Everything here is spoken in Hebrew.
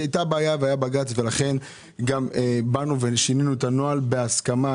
הייתה בעיה והיה בג"ץ ולכן גם שינינו את הנוהל בהסכמה.